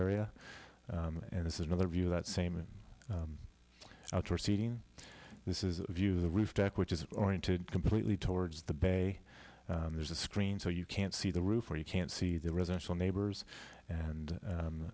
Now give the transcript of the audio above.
area and this is another view that same outdoor seating this is a view the roof deck which is oriented completely towards the bay there's a screen so you can't see the roof or you can't see the residential neighbors and